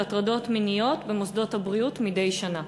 הטרדות מיניות במוסדות הבריאות מדי שנה?